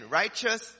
righteous